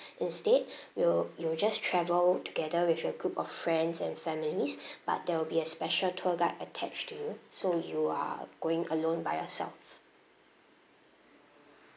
instead you'll you'll just travel together with your group of friends and families but there will be a special tour guide attached to you so you are going alone by yourself